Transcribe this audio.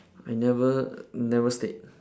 I never never state